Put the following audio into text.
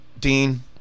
Dean